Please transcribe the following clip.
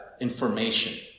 information